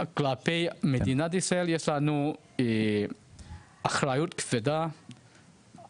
וכלפי מדינת ישראל יש לנו אחריות כבדה,